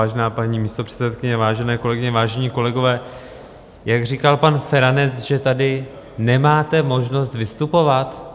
Vážená paní místopředsedkyně, vážené kolegyně, vážení kolegové, jak říkal pan Feranec, že tady nemáte možnost vystupovat?